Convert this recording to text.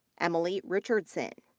emily richardson.